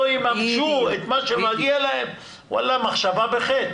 יממשו את מה שמגיע להם מחשבה בחטא.